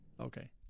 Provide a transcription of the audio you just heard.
Okay